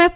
F